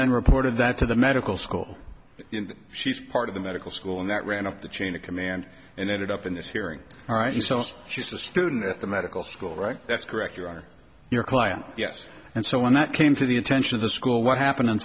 then reported that to the medical school she's part of the medical school and that ran up the chain of command and ended up in this hearing all right and so she's a student at the medical school right that's correct your honor your client yes and so when that came to the attention of the school what happened